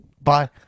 Bye